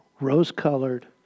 rose-colored